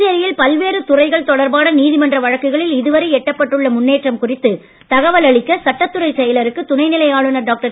புதுச்சேரியில் பல்வேறு துறைகள் தொடர்பான நீதிமன்ற வழக்குகளில் இதுவரை எட்டப்பட்டுள்ள முன்னேற்றம் குறித்து தகவல் அளிக்க சட்டத்துறைச் செயலருக்கு துணைநிலை ஆளுனர் டாக்டர்